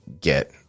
get